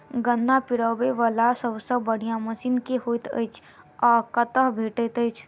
गन्ना पिरोबै वला सबसँ बढ़िया मशीन केँ होइत अछि आ कतह भेटति अछि?